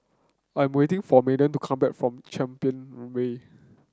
I'm waiting for Madden to come back from Champion Way